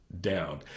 down